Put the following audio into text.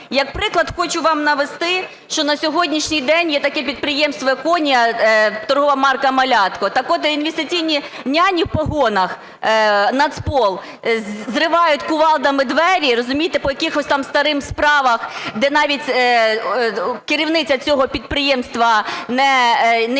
Як приклад хочу вам навести, що на сьогоднішній день є таке підприємство "Еконія", торгова марка "Малятко", так от, "інвестиційні няні" в погонах, Нацпол, зривають кувалдами двері, розумієте, по якихось там старих справах, де навіть керівниця цього підприємства не є